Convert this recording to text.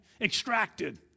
extracted